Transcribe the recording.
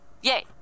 yay